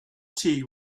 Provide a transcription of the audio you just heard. tea